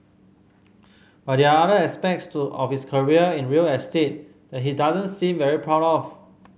but there are other aspects to of his career in real estate that he doesn't seem very proud of